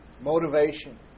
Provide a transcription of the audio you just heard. Motivation